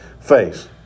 face